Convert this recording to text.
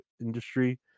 Industry